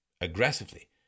aggressively